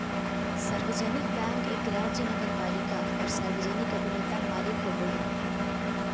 सार्वजनिक बैंक एक राज्य नगरपालिका आर सार्वजनिक अभिनेता मालिक होबो हइ